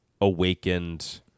awakened